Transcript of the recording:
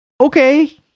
Okay